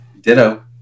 Ditto